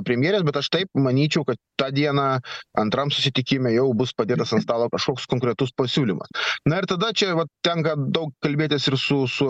premjere bet aš taip manyčiau kad tą dieną antram susitikime jau bus padėtas ant stalo kažkoks konkretus pasiūlymas na ir tada čia vat tenka daug kalbėtis ir su su